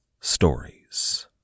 stories